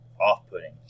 off-putting